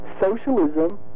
socialism